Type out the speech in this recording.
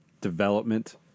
development